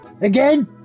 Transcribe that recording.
Again